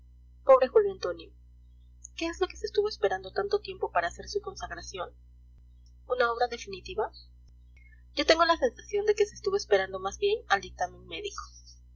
julio antonio qué es lo que se estuvo esperando tanto tiempo para hacer su consagración una obra definitiva yo tengo la sensación de que se estuvo esperando más bien al dictamen médico